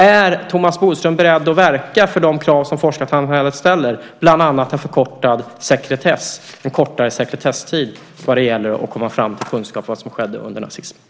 Är Thomas Bodström beredd att verka för att uppfylla de krav som forskarsamhället ställer, bland annat en kortare sekretesstid, när det gäller att komma fram till kunskap om vad som skedde under nazismen?